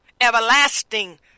everlasting